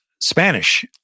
Spanish